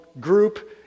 group